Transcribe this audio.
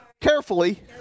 carefully